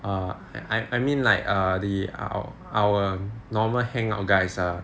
err I mean like err the our normal hang out guys ah